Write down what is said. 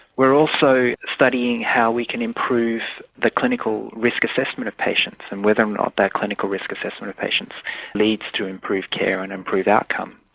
we're also studying how we can improve the clinical risk assessment of patients and whether or not that clinical risk assessment of patients leads to improved care and an improved outcome.